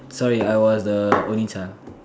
sorry I was the only child